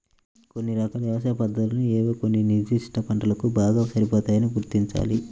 కొన్ని రకాల వ్యవసాయ పద్ధతులు ఏవో కొన్ని నిర్దిష్ట పంటలకు బాగా సరిపోతాయని గుర్తించాలి